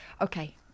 Okay